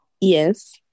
Yes